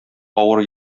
авыр